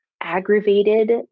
aggravated